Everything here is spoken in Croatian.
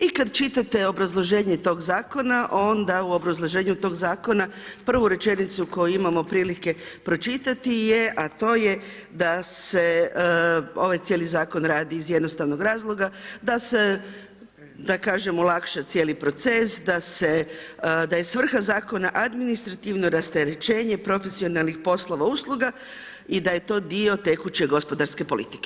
I kad čitate obrazloženje tog zakona onda u obrazloženju tog zakona prvu rečenicu koju imamo prilike pročitati a to je da se ovaj cijeli zakon radi iz jednostavnog razloga da se da kažem olakša cijeli proces, da je svrha zakona administrativno rasterećenje profesionalnih poslova usluga i da je to dio tekuće gospodarske politike.